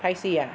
拍戏 ah